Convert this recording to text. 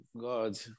God